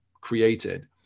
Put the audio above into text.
created